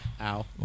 Ow